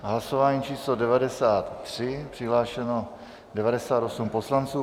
Hlasování číslo 93, přihlášeno 98 poslanců.